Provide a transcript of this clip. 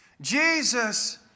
Jesus